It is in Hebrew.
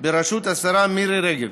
בראשות השרה מירי רגב